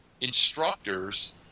instructors